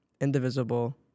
indivisible